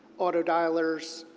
autodialers,